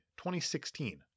2016